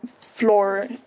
floor